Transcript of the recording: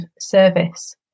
service